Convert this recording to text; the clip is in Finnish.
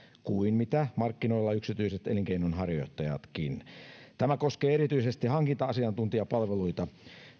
kuin mitä markkinoilla yksityiset elinkeinonharjoittajatkin on oikeansuuntainen tämä koskee erityisesti hankinta asiantuntijapalveluita